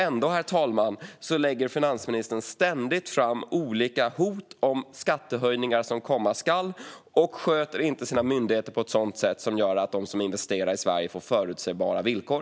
Ändå, herr talman, lägger finansministern ständigt fram olika hot om skattehöjningar som komma ska, och hon sköter inte sina myndigheter på ett sådant sätt att de som investerar i Sverige får förutsägbara villkor.